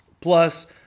Plus